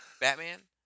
Batman